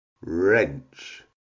wrench